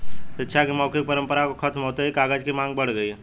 शिक्षा की मौखिक परम्परा के खत्म होते ही कागज की माँग बढ़ गई